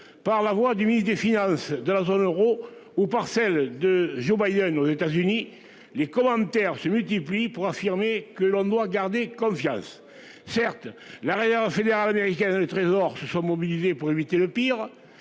par la voix du ministre des Finances de la zone euro ou parcelle de Jéhovah une aux États-Unis. Les commentaires se multiplient pour affirmer que l'on doit garder confiance. Certes l'fédérale américaine, le Trésor se sont mobilisés pour éviter le pire.